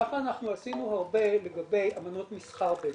ככה אנחנו עשינו הרבה לגבי אמנות מסחר בינלאומיות.